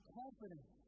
confidence